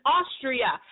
Austria